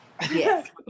Yes